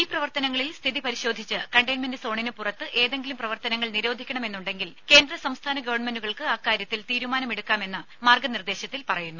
ഈ പ്രവർത്തനങ്ങളിൽ സ്ഥിതി പരിശോധിച്ച് കണ്ടെയിൻമെന്റ് സോണിന് പുറത്ത് ഏതെങ്കിലും പ്രവർത്തനങ്ങൾ നിരോധിക്കണം എന്നുണ്ടെങ്കിൽ കേന്ദ്ര സംസ്ഥാന ഗവൺമെന്റുകൾക്ക് അക്കാര്യത്തിൽ തീരുമാനമെടുക്കാമെന്ന് മാർഗ നിർദേശത്തിൽ പറയുന്നു